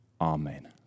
Amen